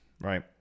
Right